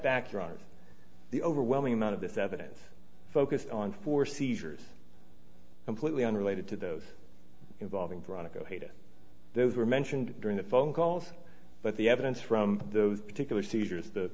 back you are the overwhelming amount of this evidence focused on four seizures completely unrelated to those involving veronica those were mentioned during the phone calls but the evidence from those particular seizures the